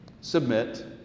submit